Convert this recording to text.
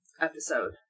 episode